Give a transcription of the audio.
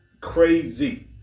Crazy